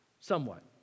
Somewhat